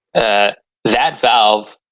ah that valve,